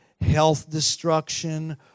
health-destruction